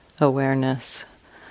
awareness